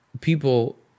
people